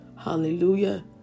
Hallelujah